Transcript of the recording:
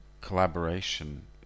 collaboration